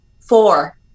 four